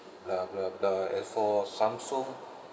blah blah blah as for samsung